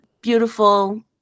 beautiful